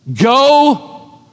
Go